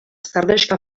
sardexka